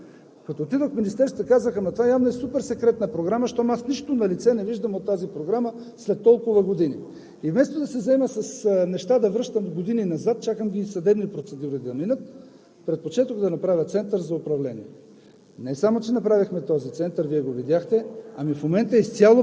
почти изцяло споделям Вашето мнение и не за друго, а защото не съм видял нищо от нея. Когато отидох в Министерството, казах: „Ама това явно е супер секретна програма, щом нищо не виждам налице от тази програма след толкова години.“ Вместо да се заема с неща и да се връщам години назад – чакам едни съдебни процедури да минат, предпочетох да направя център за управление.